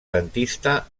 dentista